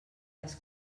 les